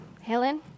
Helen